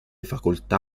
facoltà